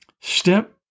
step